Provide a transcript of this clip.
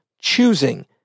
choosing